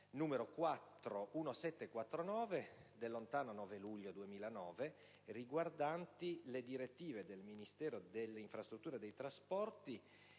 finestra") del lontano 9 luglio 2009, riguardante le direttive che il Ministero delle infrastrutture e dei trasporti